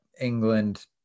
England